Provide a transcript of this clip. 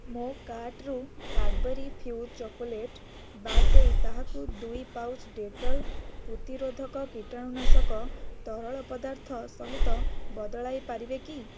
ମୋ କାର୍ଟ୍ରୁ Cadbury fuse chocolate ବାଦ ଦେଇ ତାହାକୁ ଦୁଇ ପାଉଚ୍ ଡେଟଲ୍ ପ୍ରତିରୋଧକ କୀଟାଣୁନାଶକ ତରଳ ପଦାର୍ଥ ସହିତ ବଦଳାଇ ପାରିବେ କି